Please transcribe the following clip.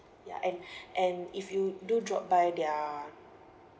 ya and and if you do drop by their